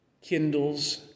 kindles